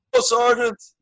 Sergeant